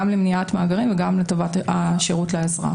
גם למניעת מאגרים וגם לטובת השירות לאזרח.